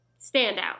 standout